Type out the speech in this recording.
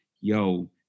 Yo